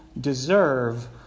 deserve